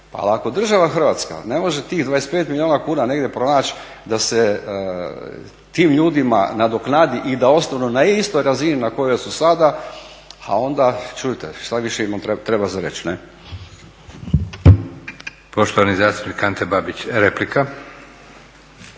ali ako država Hrvatska ne može tih 25 milijuna kuna negdje pronaći da se tim ljudima nadoknadi i da ostanu na istoj razini na kojoj su sada a onda čujte, šta više treba za reći.